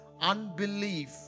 unbelief